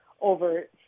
over